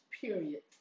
period